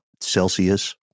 Celsius